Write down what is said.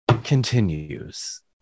continues